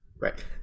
right